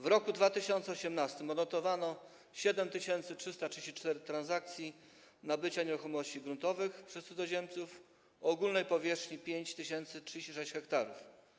W roku 2018 odnotowano 7334 transakcje nabycia nieruchomości gruntowych przez cudzoziemców o ogólnej powierzchni 5036 ha.